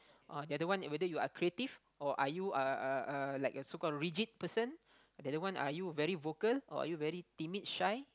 or the other one whether you are creative or are you a a a like a so called rigid person the other one are you very vocal or are you very timid shy